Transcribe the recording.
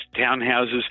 townhouses